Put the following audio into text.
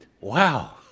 wow